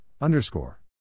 underscore